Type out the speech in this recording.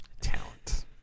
Talent